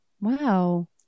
Wow